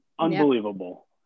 Unbelievable